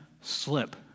slip